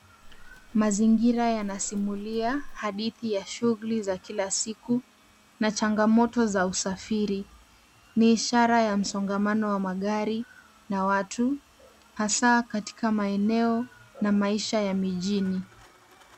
Mazingira yanasimulia hadithi ya shughuli za kila siku na changamoto za usafiri. Ni ishara ya msongamano wa magari na watu hasa katika maeneo ya mijini.